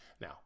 Now